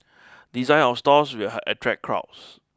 design of stores will attract crowds